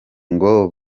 ngo